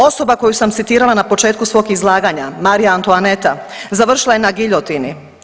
Osoba koju sam citirala na početku svog izlaganja Maria Antoaneta završila je na giljotini.